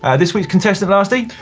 ah this week's contestant lasty?